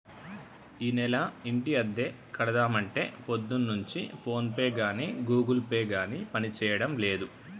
ఈనెల ఇంటి అద్దె కడదామంటే పొద్దున్నుంచి ఫోన్ పే గాని గూగుల్ పే గాని పనిచేయడం లేదు